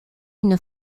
une